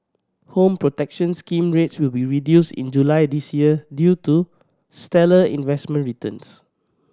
Home Protection Scheme rates will be reduced in July this year due to stellar investment returns